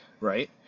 Right